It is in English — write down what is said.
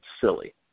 silly